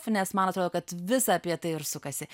nes man atrodo kad visa apie tai ir sukasi